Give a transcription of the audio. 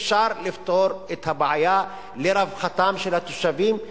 אפשר לפתור את הבעיה לרווחתם של התושבים,